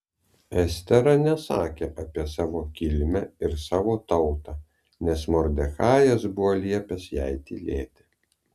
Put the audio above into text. estera nesakė apie savo kilmę ir savo tautą nes mordechajas buvo liepęs jai tylėti